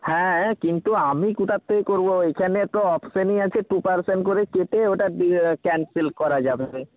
হ্যাঁ কিন্তু আমি কোথা থেকে করব ওইখানে তো অপশানই আছে টু পারসেন্ট করে কেটে ওটা ক্যানসেল করা যাবে